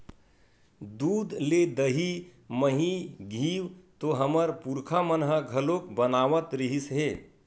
दूद ले दही, मही, घींव तो हमर पुरखा मन ह घलोक बनावत रिहिस हे